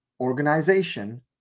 organization